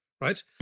right